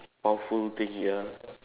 awful thing ya